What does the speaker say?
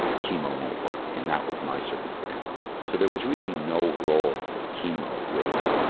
chemo won't work and that was my circumstance. so there was really no role for chemo with me.